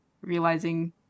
realizing